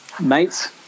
mates